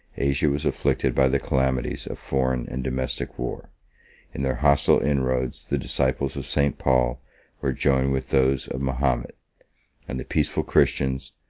asia was afflicted by the calamities of foreign and domestic war in their hostile inroads, the disciples of st. paul were joined with those of mahomet and the peaceful christians,